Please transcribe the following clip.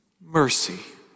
Mercy